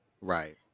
Right